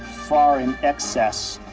far in excess,